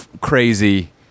crazy